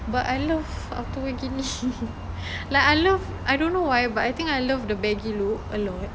but I love outerwear gini like I love I don't know why but I think I love the baggy look a lot